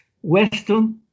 western